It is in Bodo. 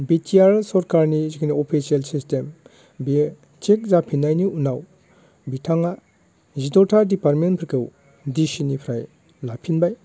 बिटिआर सरखारनि जिखुनु अफिसियेल सिसटेम बियो थिग जाफिननायनि उनाव बिथाङा जिद'था डिपार्टमेन्टफोरखौ डिसिनिफ्राय लाफिनबाय